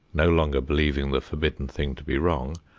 no longer believing the forbidden thing to be wrong,